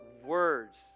words